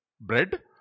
bread